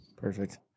Perfect